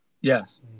Yes